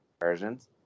versions